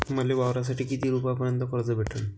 मले वावरासाठी किती रुपयापर्यंत कर्ज भेटन?